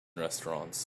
restaurants